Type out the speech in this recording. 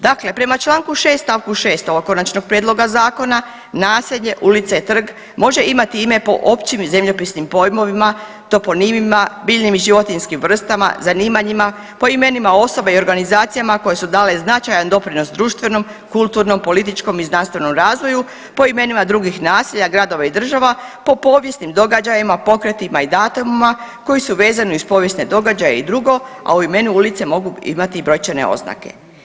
Dakle, prema čl. 6. st. 6. ovog Konačnog prijedloga zakona naselje, ulica i trg može imati ime po općim zemljopisnim pojmovima, … [[Govornik se ne razumije]] , biljnim i životinjskim vrstama, zanimanjima, po imenima osobe i organizacijama koje su dale značajan doprinos društvenom, kulturnom, političkom i znanstvenom razvoju, po imenima drugih naselja, gradova i država, po povijesnim događajima, pokretima i datumima koji su vezani uz povijesne događaje i drugo, a o imenu ulice mogu imati i brojčane oznake.